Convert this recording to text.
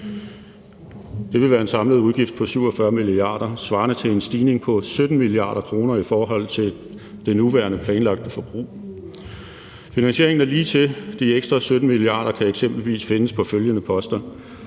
Det vil være en samlet udgift på 47 mia. kr. svarende til en stigning på 17 mia. kr. i forhold til det nuværende planlagte forbrug. Finansieringen er ligetil. De ekstra 17 mia. kr. kan eksempelvis findes på følgende poster: